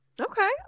Okay